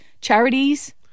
charities